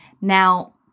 Now